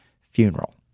funeral